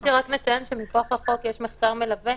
רציתי רק לציין שמכוח החוק יש מחקר מלווה